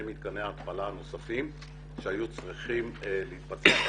מתקני ההתפלה הנוספים שהיו צריכים להתפתח.